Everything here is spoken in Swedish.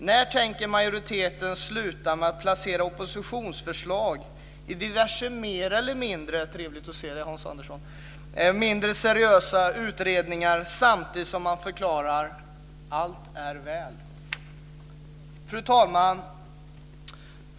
När tänker majoriteten sluta med att placera oppositionsförslag i diverse mer eller mindre seriösa utredningar, samtidigt som man förklarar att allt är väl? Fru talman!